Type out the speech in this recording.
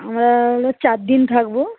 আমরা হল চারদিন থাকবো